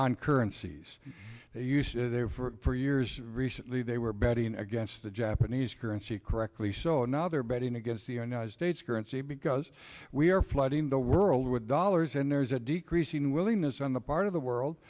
there for years recently they were betting against the japanese currency correctly so now they're betting against the united states currency because we are flooding the world with dollars and there's a decreasing willingness on the part of the world